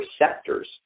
receptors